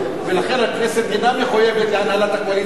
ולכן הכנסת אינה מחויבת להנהלת הקואליציה,